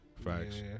facts